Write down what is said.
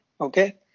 okay